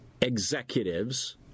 executives